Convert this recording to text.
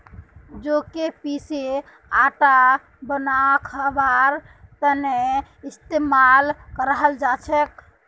जौ क पीसे आटा बनई खबार त न इस्तमाल कराल जा छेक